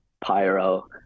pyro